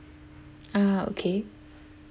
ah okay